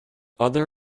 other